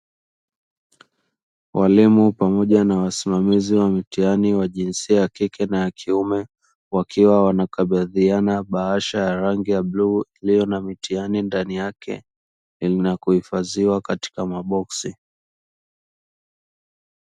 Walimu pamoja na wasimamizi wa mitihani wa jinsia ya kike na ya kiume, wakiwa wanakabidhiana bahasha ya rangi ya bluu ikiwa na mitihani ndani yake, na kuhifadhiwa katika maboksi.